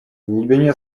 глубине